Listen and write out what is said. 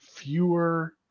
fewer